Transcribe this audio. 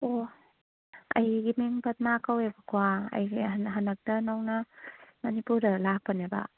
ꯑꯣ ꯑꯩꯒꯤ ꯃꯤꯡ ꯄꯗꯃꯥ ꯀꯧꯋꯦꯕꯀꯣ ꯑꯩꯒꯤ ꯍꯟꯗꯛꯇ ꯅꯧꯅ ꯃꯅꯤꯄꯨꯔꯗ ꯂꯥꯛꯄꯅꯦꯕ